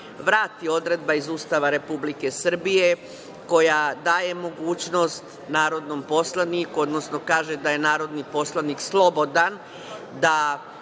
vrati odredba iz Ustava Republike Srbije koja daje mogućnost Narodnom poslaniku, odnosno kaže da je narodni poslanik slobodan